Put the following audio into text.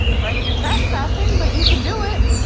right, you're trespassing but you can do it.